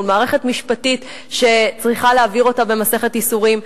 מול מערכת משפטית שצריכה להעביר אותה במסכת ייסורים.